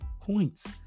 points